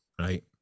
right